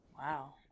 Wow